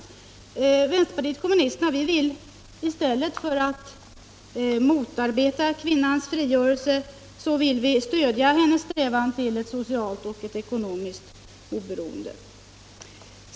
Vi vill i vänsterpartiet kommunisterna i stället för att motarbeta kvinnans frigörelse stödja hennes strävan till ett socialt och ekonomiskt oberoende.